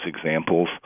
examples